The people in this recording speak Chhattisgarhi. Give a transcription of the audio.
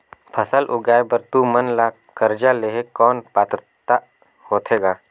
फसल उगाय बर तू मन ला कर्जा लेहे कौन पात्रता होथे ग?